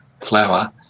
flower